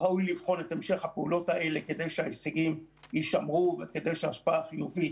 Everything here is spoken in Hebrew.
ראוי לבחון המשך לפעולות כאלה כדי שההישגים יישמרו וכדי שהשפעה החיובית